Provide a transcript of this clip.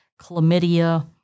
chlamydia